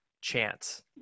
chance